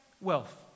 wealth